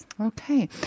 Okay